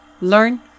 learn